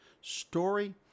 story